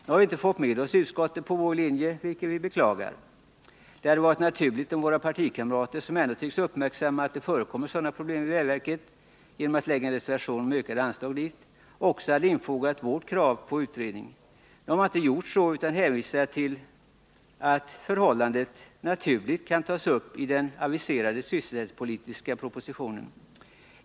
Nu har vi inte fått med oss utskottet på vår linje, vilket vi beklagar. Det hade varit naturligt om våra partikamrater — som ändå tycks uppmärksamma att det kan förekomma sådana problem vid vägverket, eftersom de skrivit en reservation om en ökning av anslagen dit — också hade infogat vårt krav på utredning. Nu har de inte gjort så utan hänvisat till att förhållandet naturligt kan tas upp i den aviserade sysselsättningspolitiska propositionen.